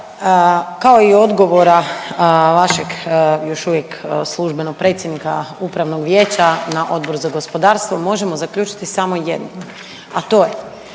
kao i odgovora vašeg još uvijek službenog predsjednika Upravnog vijeća na Odboru za gospodarstvo možemo zaključiti samo jedno, a to je